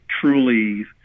truly